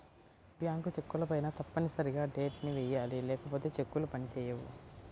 bank చెక్కులపైన తప్పనిసరిగా date ని వెయ్యాలి లేకపోతే చెక్కులు పని చేయవు